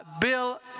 Bill